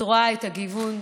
את רואה את הגיוון.